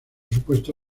supuesto